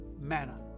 manner